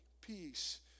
peace